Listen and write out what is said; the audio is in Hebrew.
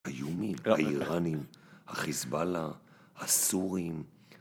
האיומים, האיראנים, החיזבאללה, הסורים.